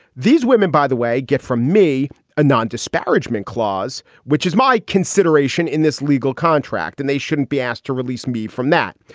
these women, by the way, get from me a non-disparagement clause, which is my consideration in this legal contract, and they shouldn't be asked to release me from that.